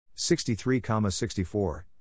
63,64